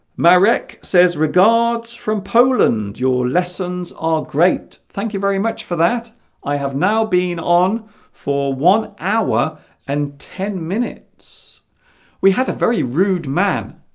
marek says regards from poland your lessons are great thank you very much for that i have now been on for one hour and ten minutes we had a very rude man